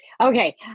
Okay